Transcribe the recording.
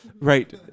Right